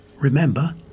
remember